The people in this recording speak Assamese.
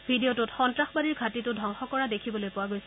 ভিডিঅ'টোত সন্নাসবাদীৰ ঘাটীতো ধবংস কৰা দেখিবলৈ পোৱা গৈছে